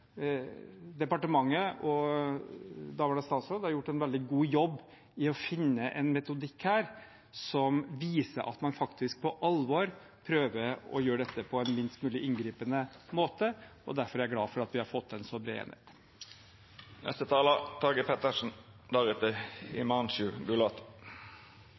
departementet og daværende statsråd har gjort en veldig god jobb med å finne en metodikk her som viser at man faktisk på alvor prøver å gjøre dette på en minst mulig inngripende måte. Derfor er jeg glad for at vi har fått til en så bred